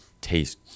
taste